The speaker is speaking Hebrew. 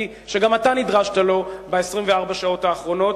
שגם אתה נדרשת לו ב-24 השעות האחרונות.